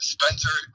Spencer